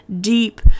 deep